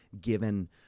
given